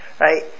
right